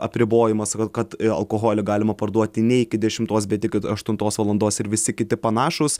apribojimas kad alkoholį galima parduoti ne iki dešimtos bet iki aštuntos valandos ir visi kiti panašūs